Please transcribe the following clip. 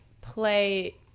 play